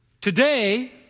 Today